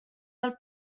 del